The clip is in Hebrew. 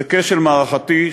זה כשל מערכתי,